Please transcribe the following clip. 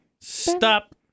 Stop